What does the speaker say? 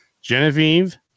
Genevieve